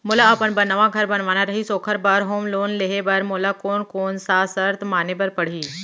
मोला अपन बर नवा घर बनवाना रहिस ओखर बर होम लोन लेहे बर मोला कोन कोन सा शर्त माने बर पड़ही?